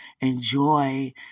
enjoy